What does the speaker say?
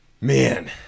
Man